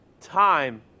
time